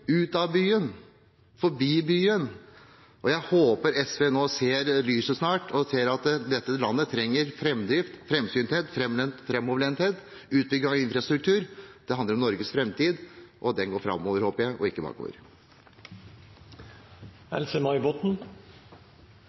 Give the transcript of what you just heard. ut av byen, forbi byen, og jeg håper SV nå ser lyset snart, og ser at dette landet trenger framdrift, framsynthet, framoverlenthet, utbygging av infrastruktur – det handler om Norges framtid, og at den går framover, håper jeg, og ikke bakover.